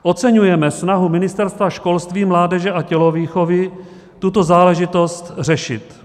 Oceňujeme snahu Ministerstva školství, mládeže a tělovýchovy tuto záležitost řešit.